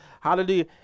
Hallelujah